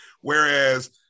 Whereas